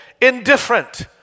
indifferent